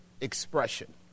expression